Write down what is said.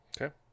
Okay